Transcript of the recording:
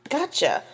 Gotcha